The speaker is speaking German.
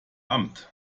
amt